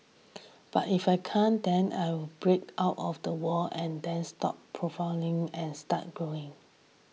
but if I can't then I will break out of the wall and then stop and start growing